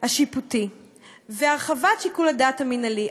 השיפוטי והרחבת שיקול הדעת המינהלי.